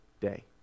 day